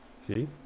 See